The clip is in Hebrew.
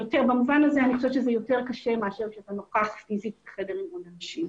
במובן הזה אני חושבת שזה יותר קשה מאשר כשאתה נוכח בחדר עם עוד אנשים.